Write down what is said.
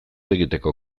egiteko